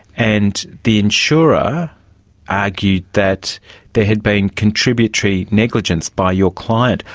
and the insurer argued that there had been contributory negligence by your client.